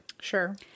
Sure